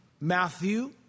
Matthew